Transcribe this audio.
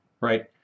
right